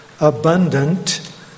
abundant